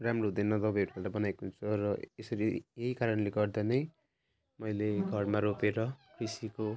राम्रो हुँदैन दबाईहरूबाट बनाइएको हुन्छ र ए यसरी यही कारणले गर्दा नै मैले घरमा रोपेर कृषिको